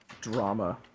drama